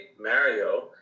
Mario